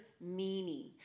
meaning